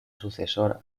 sucesor